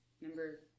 number